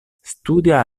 studia